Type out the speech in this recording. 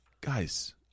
Guys